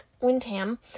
Windham